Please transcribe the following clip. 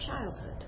childhood